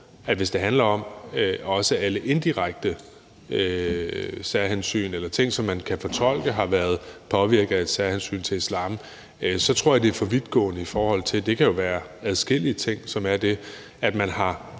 at hvis det også handler om alle inddirekte særhensyn eller ting, som man kan fortolke som, at det har været påvirket af et særhensyn til islam, så tror jeg, det er for vidtgående, for det kan jo være adskillige ting, som er det. At man har